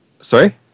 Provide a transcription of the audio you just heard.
sorry